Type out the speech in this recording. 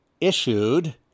issued